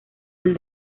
del